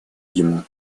ему